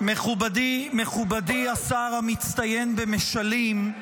מכובדי השר המצטיין במשלים,